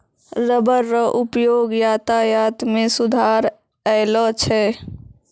rubber रो उपयोग यातायात मे सुधार अैलौ छै